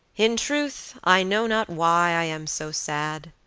in truth i know not why i am so sad.